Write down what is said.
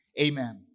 amen